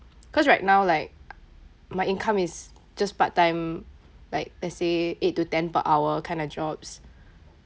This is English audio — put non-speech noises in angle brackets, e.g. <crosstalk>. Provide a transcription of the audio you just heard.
cause right now like <noise> my income is just part time like let say eight to ten per hour kind of jobs